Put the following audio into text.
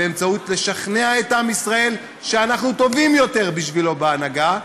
באמצעות שכנוע עם ישראל שאנחנו טובים יותר בשבילו בהנהגה,